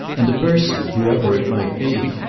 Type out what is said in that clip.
and the person, whoever it might be,